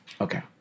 okay